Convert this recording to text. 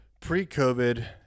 Pre-COVID